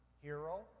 hero